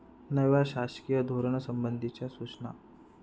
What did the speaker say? नव्या शासकीय धोरणासंबंधीच्या सूचना